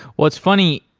what's funny,